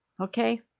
Okay